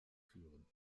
führen